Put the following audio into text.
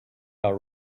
are